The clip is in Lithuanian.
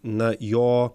na jo